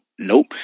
Nope